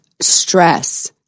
stress